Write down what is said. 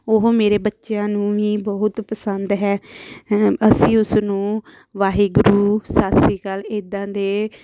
ਉਹ ਮੇਰੇ ਬੱਚਿਆਂ ਨੂੰ ਵੀ ਬਹੁਤ ਪਸੰਦ ਹੈ ਅਸੀਂ ਉਸ ਨੂੰ ਵਾਹਿਗੁਰੂ ਸਤਿ ਸ਼੍ਰੀ ਅਕਾਲ ਇੱਦਾਂ ਦੇ